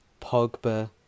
Pogba